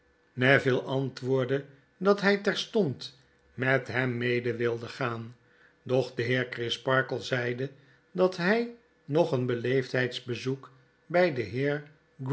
neville antwoordde dat hg terstond met hem mede wilde gaan doch de heer crisparkle zeide dat hjj nogeenbeleefdheidsbezoekbg den heer